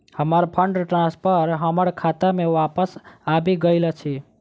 हमर fund transfer हमर खाता मे बापस आबि गइल अछि